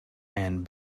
and